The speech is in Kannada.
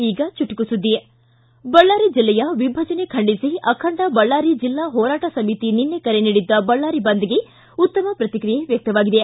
ಈಗ ಚುಟುಕು ಸುದ್ದಿ ಬಳ್ಳಾರಿ ಜಿಲ್ಲೆಯ ವಿಭಜನೆ ಖಂಡಿಸಿ ಅಖಂಡ ಬಳ್ಳಾರಿ ಜಿಲ್ಲಾ ಹೋರಾಟ ಸಮಿತಿ ನಿನ್ನೆ ಕರೆ ನೀಡಿದ್ದ ಬಳ್ಳಾರಿ ಬಂದ್ಗೆ ಉತ್ತಮ ಪ್ರಕಿಕ್ರಿಯೆ ವ್ಯಕ್ತವಾಗಿದೆ